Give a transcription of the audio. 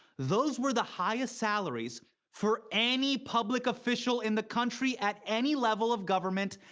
those were the highest salaries for any public official in the country at any level of government,